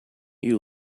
you